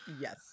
Yes